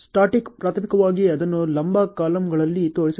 static ಪ್ರಾಥಮಿಕವಾಗಿ ಅದನ್ನು ಲಂಬ ಕಾಲಮ್ಗಳಲ್ಲಿ ತೋರಿಸುತ್ತದೆ